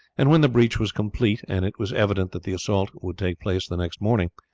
and when the breach was complete, and it was evident that the assault would take place the next morning,